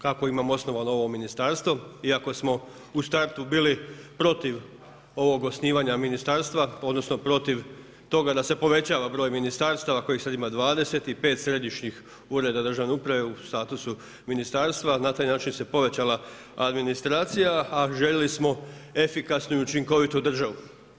Kako imamo osnovano ovo ministarstvo, iako smo u startu bili protiv osnivanja ministarstva, odnosno protiv toga da se povećava broj ministarstava kojih sad ima 20, 5 središnjih ureda državnih uprave u statusu ministarstva, na taj način se povećala administracija a željeli smo efikasniju i učinkovitu državu.